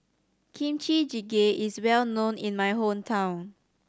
Kimchi Jjigae is well known in my hometown